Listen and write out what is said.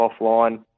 offline